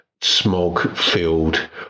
smog-filled